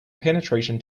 penetration